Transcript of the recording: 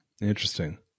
Interesting